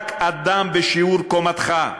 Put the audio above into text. רק אדם בשיעור קומתך,